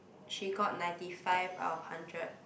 she got ninety five out of hundred